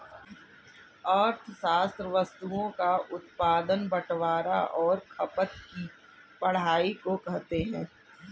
अर्थशास्त्र वस्तुओं का उत्पादन बटवारां और खपत की पढ़ाई को कहते हैं